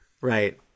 Right